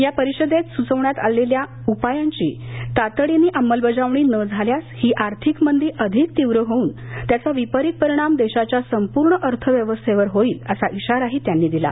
या परिषदेत सुचवण्यात येणाऱ्या उपायांची तातडीनं अंमलबजावणी न झाल्यास ही आर्थिक मंदी अधिक तीव्र होऊन त्याचा विपरित परिणाम देशाच्या संपूर्ण अर्थव्यवस्थेवर होईल असा इशारा त्यांनी दिला